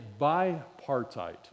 bipartite